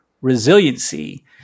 resiliency